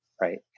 Right